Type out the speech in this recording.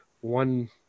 one